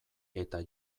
eta